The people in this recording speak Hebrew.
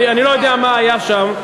אני לא יודע מה היה שם,